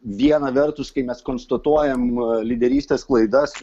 viena vertus kai mes konstatuojam lyderystės klaidas